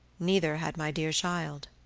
neither had my dear child.